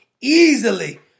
easily